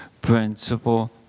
principle